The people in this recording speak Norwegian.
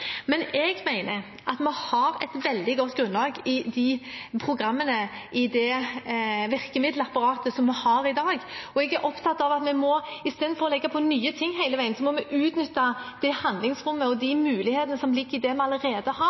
Jeg mener at vi har et veldig godt grunnlag i programmene i det virkemiddelapparatet vi har i dag. Jeg er opptatt av at vi, i stedet for å legge til nye ting hele veien, må utnytte det handlingsrommet og de mulighetene som ligger i det vi allerede har. Da mener jeg Grønn plattform er et ypperlig eksempel på noe som vi nå har